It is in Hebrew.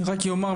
אני רק אומר,